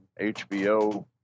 HBO